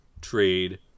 trade